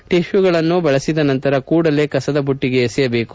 ಟಕ್ಕೂಗಳನ್ನು ಬಳಸಿದ ನಂತರ ಕೂಡಲೇ ಕಸದ ಬುಟ್ಟಗೆ ಎಸೆಯದೇಕು